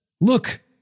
Look